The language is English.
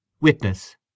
Witness